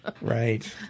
Right